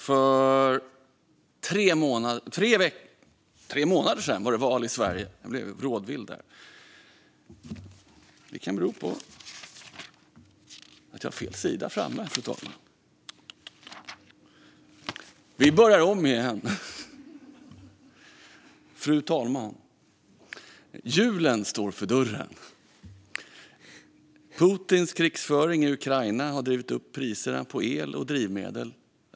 Fru talman! Julen står för dörren. Putins krigföring i Ukraina har drivit upp priserna på el och drivmedel.